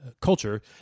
culture